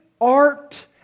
art